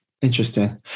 Interesting